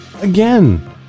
again